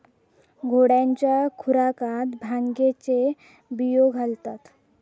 घोड्यांच्या खुराकात भांगेचे बियो घालतत